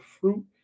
fruit